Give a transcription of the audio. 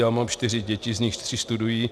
Já mám čtyři děti, z nichž tři studují.